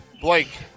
Blake